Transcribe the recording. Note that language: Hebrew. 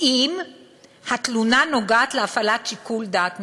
"אם התלונה נוגעת להפעלת שיקול דעת משפטי",